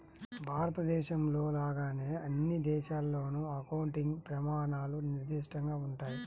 భారతదేశంలో లాగానే అన్ని దేశాల్లోనూ అకౌంటింగ్ ప్రమాణాలు నిర్దిష్టంగా ఉంటాయి